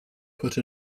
put